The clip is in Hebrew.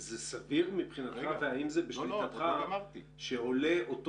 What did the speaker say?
זה סביר מבחינתך והאם זה בשליטתך שעולה אותו